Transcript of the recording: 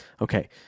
Okay